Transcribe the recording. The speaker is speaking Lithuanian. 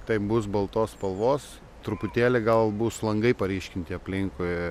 taip bus baltos spalvos truputėlį gal bus langai paryškinti aplinkui